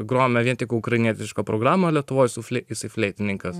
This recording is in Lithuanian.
grojome vien tik ukrainietiško programą lietuvoje su fle jisai fleitininkas